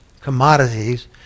commodities